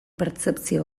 pertzepzio